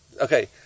Okay